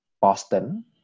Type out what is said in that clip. Boston